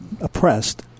oppressed